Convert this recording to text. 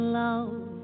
love